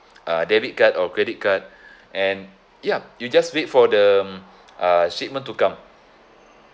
uh debit card or credit card and yup you just wait for the mm uh shipment to come